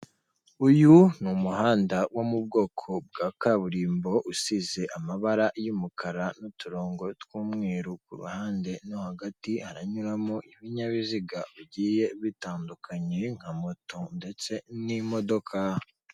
Uyu n'umuhanda wo mu bwoko bwa kaburimbo usize amabara y'umukara n'uturongo tw'umweru kuruhande, mo hagati haranyuramo ibinyabiziga bigiye bitandukanye, nka moto ndetse n'imodoka.